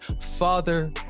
father